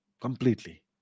Completely